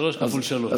שלוש כפול שלוש.